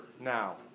now